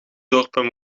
dorpen